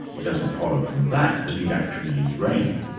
it doesn't follow from that that it actually is raining.